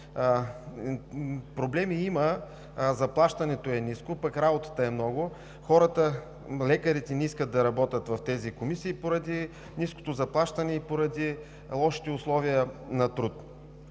проблеми има, заплащането е ниско, пък работата е много. Лекарите не искат да работят в тези комисии поради ниското заплащане и поради лошите условия на труд.